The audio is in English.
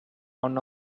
one